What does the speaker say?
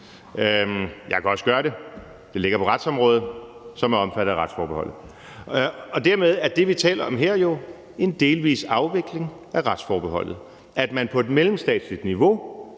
Jeg kan også gøre det: Det ligger på retsområdet, som er omfattet af retsforbeholdet. Og dermed er det, vi taler om her, jo en delvis afvikling af retsforbeholdet, altså at man på et mellemstatsligt niveau